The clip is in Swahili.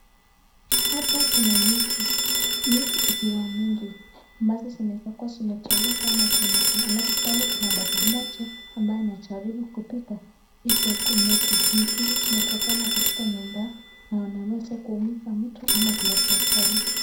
Hapa kuna nyuki ikiwa mingi ambazo zinaweza kua zimetoroka alafu pale kuna baba mmoja ambaye anajaribu kupiga izo nyuki zimetokana na katika nyumba na zinaweza kuumiza mtu au kuleta ajali.